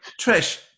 Trish